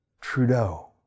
Trudeau